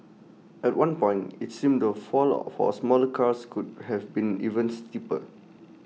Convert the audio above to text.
at one point IT seemed the fall of for smaller cars could have been even steeper